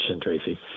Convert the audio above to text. Tracy